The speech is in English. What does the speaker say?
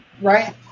right